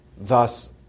Thus